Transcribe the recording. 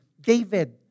David